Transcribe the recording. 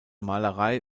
malerei